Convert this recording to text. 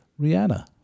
Rihanna